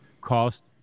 cost